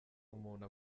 umuntu